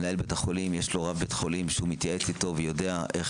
למנהל בית החולים יש רב שהוא מתייעץ איתו ויודע איך